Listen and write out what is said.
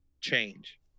change